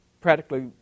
practically